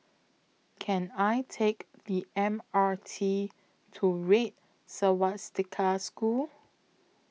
Can I Take The M R T to Red Swastika School